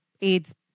AIDS